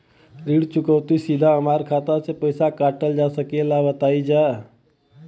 ऋण चुकौती सीधा हमार खाता से पैसा कटल जा सकेला का बताई जा?